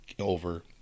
over